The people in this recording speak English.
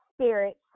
spirits